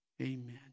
Amen